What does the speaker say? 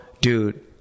dude